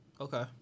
Okay